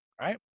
right